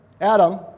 Adam